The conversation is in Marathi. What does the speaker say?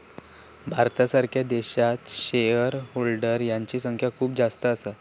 भारतासारख्या देशात शेअर होल्डर यांची संख्या खूप जास्त असा